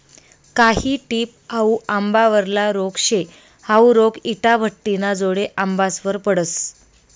कायी टिप हाउ आंबावरला रोग शे, हाउ रोग इटाभट्टिना जोडेना आंबासवर पडस